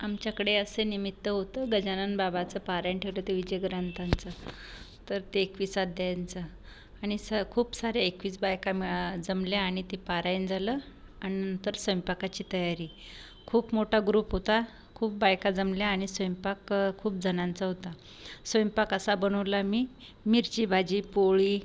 आमच्याकडे असे निमित्त होतं गजानन बाबाचं पारायण ठेवलं ते विजय ग्रंथांचं तर ते एकवीस अध्यायांचा आणि स खूप सारे एकवीस बायका मिळा जमल्या आणि ते पारायण झालं आणि तर स्वैंपाकाची तयारी खूप मोठा ग्रुप होता खूप बायका जमल्या आणि स्वैंपाक खूपजणांचा होता स्वैंपाक असा बनवला मी मिरची भाजी पोळी